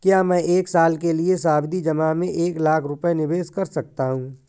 क्या मैं एक साल के लिए सावधि जमा में एक लाख रुपये निवेश कर सकता हूँ?